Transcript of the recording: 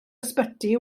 ysbyty